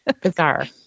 bizarre